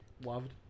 loved